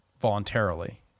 voluntarily